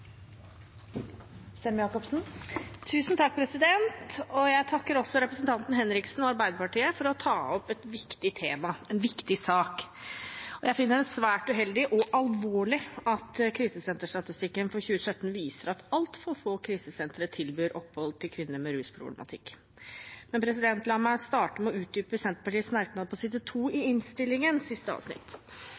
Arbeiderpartiet for å ta opp et viktig tema, en viktig sak. Jeg finner det svært uheldig og alvorlig at krisesenterstatistikken for 2017 viser at altfor få krisesentre tilbyr opphold til kvinner med rusproblematikk. Men la meg starte med å utdype Senterpartiets merknad på side 2 i innstillingen, siste avsnitt,